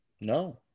No